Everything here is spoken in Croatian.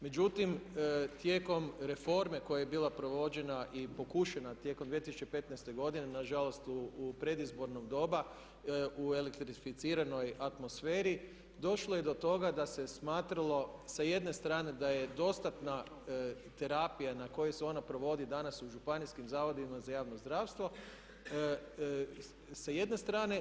Međutim, tijekom reforme koja je bila provođena i pokušana tijekom 2015. godine na žalost u predizborno doba u elektrificiranoj atmosferi došlo je do toga da se smatralo sa jedne strane da je dostatna terapija na koju se ona provodi danas u županijskim zavodima za javno zdravstvo sa jedne strane.